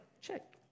check